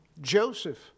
Joseph